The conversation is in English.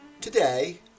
Today